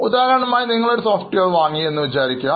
ഉദാഹരണമായി നിങ്ങൾ ഒരു സോഫ്റ്റ്വെയർ വാങ്ങി എന്നു വിചാരിക്കുക